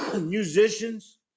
musicians